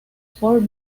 fort